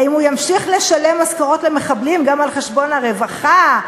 האם הוא ימשיך לשלם משכורות למחבלים גם על חשבון הרווחה,